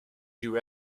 you